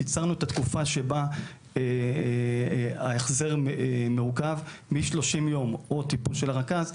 קיצרנו את התקופה שבה ההחזר מעוכב מ-30 יום או טיפול של הרכז,